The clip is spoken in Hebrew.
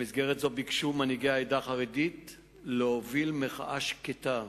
במסגרת זו ביקשו מנהיגי העדה החרדית להוביל מחאה שקטה,